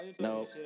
no